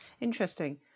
Interesting